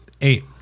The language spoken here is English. eight